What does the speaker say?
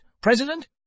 President